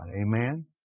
Amen